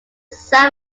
suffer